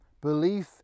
belief